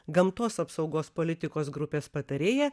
gamtos apsaugos politikos grupės patarėja